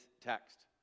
text